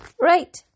Right